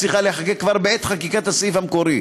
צריכה להיחקק כבר בעת חקיקת הסעיף המקורי.